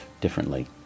Differently